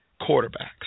quarterbacks